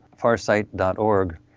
farsight.org